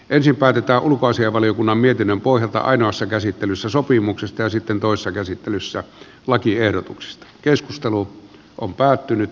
ensin päätetään ulkoasiainvaliokunnan mietinnön pohjalta ainoassa käsittelyssä sopimuksesta ja sitten toisessa käsittelyssä lakiehdotuksista keskustelu on päättynyt